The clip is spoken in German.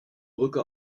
brücke